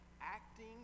acting